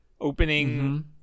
opening